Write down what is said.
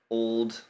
old